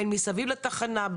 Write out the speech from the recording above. בין מסביב לתחנה,